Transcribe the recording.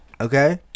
okay